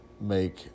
make